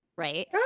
Right